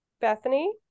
Bethany